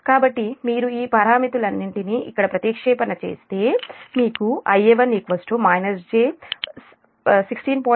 కాబట్టి మీరు ఈ పారామితులన్నింటినీ ఇక్కడ ప్రతిక్షేపణ చేస్తే ఇక్కడ మీకు Ia1 j 16